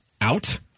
out